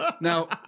Now